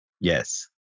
Yes